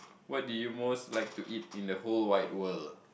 what did you most like to eat in the whole wide world